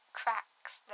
cracks